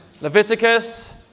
Leviticus